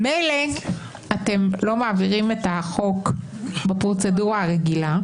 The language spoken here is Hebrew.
מילא שאתם לא מעבירים את החוק בפרוצדורה הרגילה,